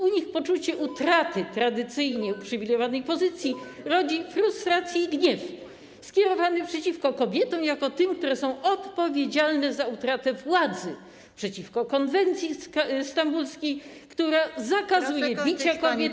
U nich poczucie utraty „tradycyjnie” uprzywilejowanej pozycji rodzi frustrację i gniew skierowany przeciwko kobietom jako tym, które są odpowiedzialne za utratę władzy, przeciwko konwencji stambulskiej, która zakazuje bicia kobiet.